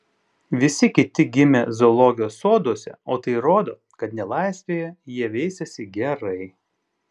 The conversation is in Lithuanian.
visi kiti gimę zoologijos soduose o tai rodo kad nelaisvėje jie veisiasi gerai